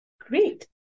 Great